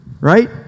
right